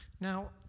Now